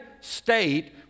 state